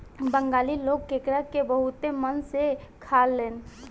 बंगाली लोग केकड़ा के बहुते मन से खालेन